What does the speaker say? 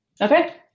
Okay